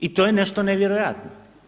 I to je nešto nevjerojatno.